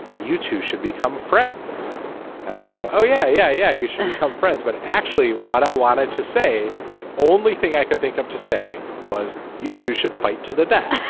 utu should become friends and i go, oh, yeah, yeah, yeah. you should come, friends. but actually, what i wanted to say, the only thing i could think of to say was you two should fight to the death,